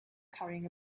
carrying